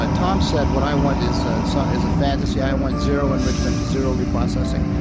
but tom said what i want is ah so is a fantasy. i want zero enrichment, zero reprocessing.